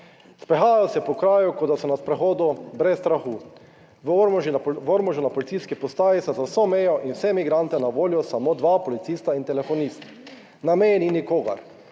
Sprehajajo se po kraju, kot da so na sprehodu brez strahu. V Ormožu na policijski postaji sta za vso mejo in vse migrante na voljo samo dva policista in telefonist. Na meji ni nikogar,